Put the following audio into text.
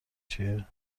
چیه